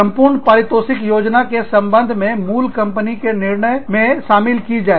संपूर्ण पारितोषिक योजना के संबंध में मूल कंपनी के निर्णय में शामिल किया जाए